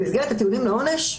במסגרת הטיעונים לעונש,